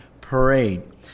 parade